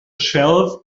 shelf